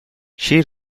she